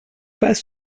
pas